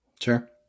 Sure